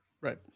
Right